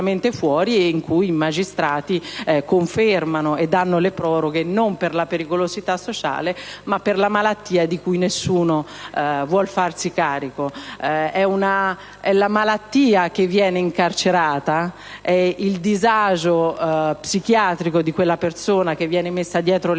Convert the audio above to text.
È la malattia che viene incarcerata; è il disagio psichiatrico di quella persona che viene messo dietro le sbarre,